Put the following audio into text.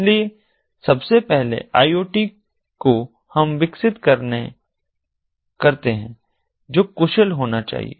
इसलिए सबसे पहले इस आई ओ टी को हम विकसित करते हैं जो कुशल होना चाहिए